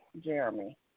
Jeremy